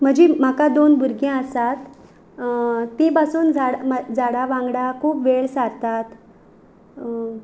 म्हजीं म्हाका दोन भुरगीं आसात तीं बासून झाडां म्हा झाडां वांगडा खूब वेळ सारतात